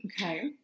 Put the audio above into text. Okay